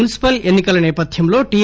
municipal ఎన్ని కల నేపథ్యంలో టి